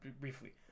briefly